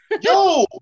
Yo